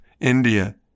india